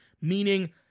meaning